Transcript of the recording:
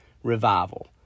Revival